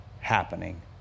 happening